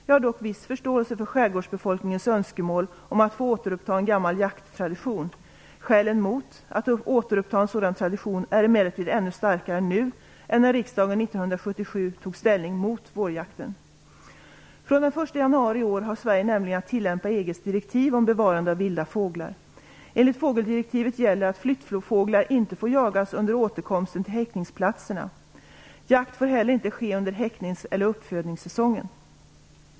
Jag har dock viss förståelse för skärgårdsbefolkningens önskemål om att få återuppta en gammal jakttradition. Skälen mot att återuppta en sådan tradition är emellertid ännu starkare nu än när riksdagen år 1977 tog ställning mot vårjakten. Från den 1 januari i år har Sverige nämligen att tillämpa EG:s direktiv om bevarande av vilda fåglar. Enligt fågeldirektivet gäller att flyttfåglar inte får jagas under återkomsten till häckningsplatserna. Jakt får inte heller ske under häcknings eller uppfödningssäsongen.